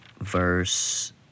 verse